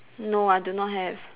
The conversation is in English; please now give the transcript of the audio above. no I do not have